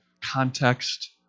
Context